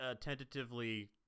tentatively